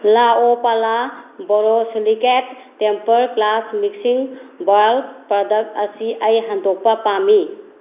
ꯂꯥ ꯑꯣꯄꯂꯥ borosilicate temper glass mixing bowl product ꯑꯁꯤ ꯑꯩ ꯍꯟꯗꯣꯛꯄ ꯄꯥꯝꯏ